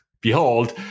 behold